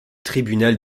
tribunal